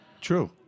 True